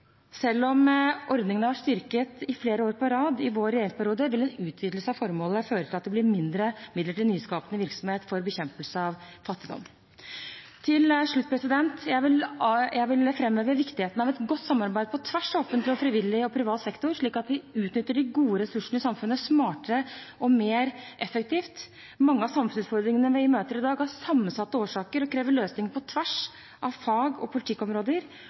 Selv om ordningen har vært styrket flere år på rad i vår regjeringsperiode, vil en utvidelse av formålet føre til at det blir færre midler til nyskapende virksomhet for bekjempelse av fattigdom. Til slutt vil jeg framheve viktigheten av et godt samarbeid på tvers av offentlig, frivillig og privat sektor, slik at vi utnytter de gode ressursene i samfunnet smartere og mer effektivt. Mange av samfunnsutfordringene vi møter i dag, har sammensatte årsaker og krever løsninger på tvers av fag- og politikkområder,